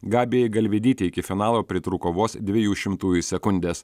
gabijai galvydytei iki finalo pritrūko vos dviejų šimtųjų sekundės